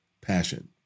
passion